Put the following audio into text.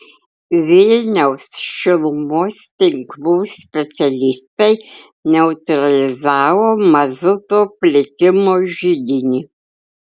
vilniaus šilumos tinklų specialistai neutralizavo mazuto plitimo židinį